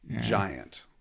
Giant